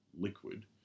liquid